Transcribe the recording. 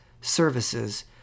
services